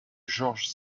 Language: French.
george